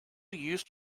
used